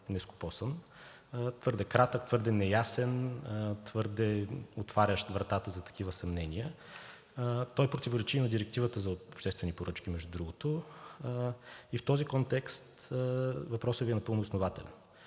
твърде кратък, твърде неясен, твърде отварящ вратата за такива съмнения. Той противоречи на Директивата за обществените поръчки, между другото. В този контекст въпросът Ви е напълно основателен